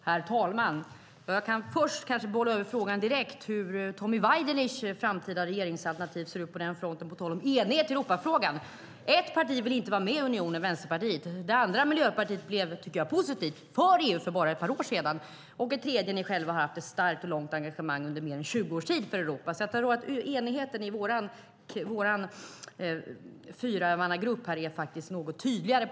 Herr talman! Jag kan först direkt bolla över frågan - på tal om enighet i Europafrågan - hur Tommy Waidelichs framtida regeringsalternativ ser ut. Ett parti, Vänsterpartiet, vill inte vara med i unionen. Det andra partiet, Miljöpartiet, blev - positivt, tycker jag - för EU för bara ett par år sedan. Det tredje partiet, ni själva, har haft ett starkt och långt engagemang för Europa under mer än 20 år. Enigheten i vår fyramannagrupp är faktiskt något tydligare.